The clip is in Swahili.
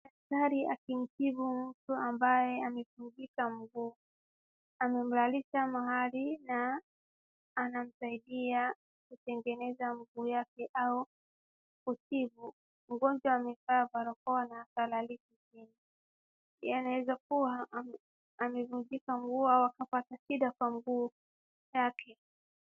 Daktari akimtibu mtu ambaye amevunjika mguu. Amemlalisha mahali na anamsaidia kutengeneza mguu wake au kutibu. Mgonjwa amekaa barokoa na akalalishwa chini. Inaweza kuwa amevunjika mguu ama akapata shida kwa mguu yake.